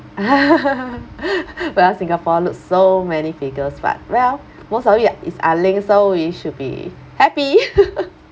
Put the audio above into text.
well singapore look so many figures but well most of it is are linked so we should be happy